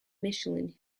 michelin